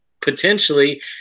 potentially